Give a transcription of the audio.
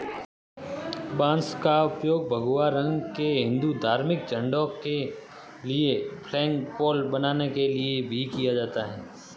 बांस का उपयोग भगवा रंग के हिंदू धार्मिक झंडों के लिए फ्लैगपोल बनाने के लिए भी किया जाता है